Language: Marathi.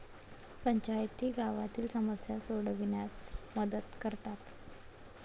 पंचायती गावातील समस्या सोडविण्यास मदत करतात